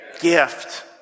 gift